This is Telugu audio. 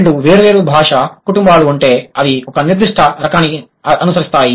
రెండు వేర్వేరు భాషా కుటుంబాలు ఉంటే అవి ఒక నిర్దిష్ట రకాన్ని అనుసరిస్తాయి